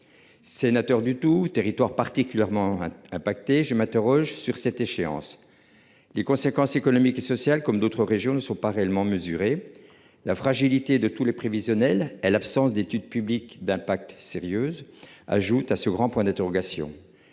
Sénateur du tout territoire particulièrement impacté. Je m'interroge sur cette échéance. Les conséquences économiques et sociales comme d'autres régions ne sont pas réellement mesurer. La fragilité de tous les prévisionnel est l'absence d'étude publique d'impact sérieuse ajoute à ce grand point d'interrogation.